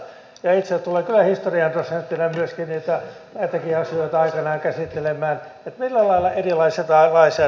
me valiokunnassa annoimme tästä jykevän lausunnon mutta kuinka me hoidamme tämän eussa